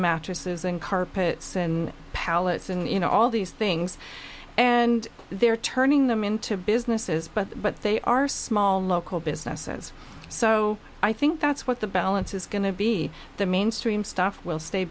mattresses and carpets and pallets and you know all these things and they're turning them into businesses but but they are small local businesses so i think that's what the balance is going to be the mainstream stuff will stay